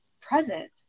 present